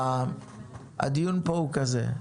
הדיון פה הוא כזה,